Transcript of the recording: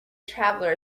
traveller